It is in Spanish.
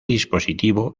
dispositivo